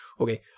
Okay